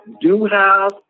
do-have